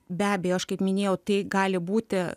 be abejo aš kaip minėjau tai gali būti